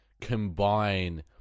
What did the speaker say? combine